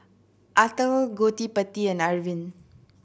Atal Gottipati and Arvind